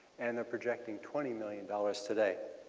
and they are projecting twenty million dollars today.